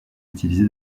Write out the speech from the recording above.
utilisé